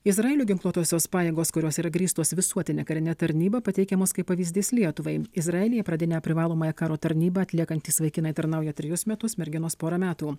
izraelio ginkluotosios pajėgos kurios yra grįstos visuotine karine tarnyba pateikiamos kaip pavyzdys lietuvai izraelyje pradinę privalomąją karo tarnybą atliekantys vaikinai tarnauja trejus metus merginos pora metų